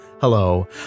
Hello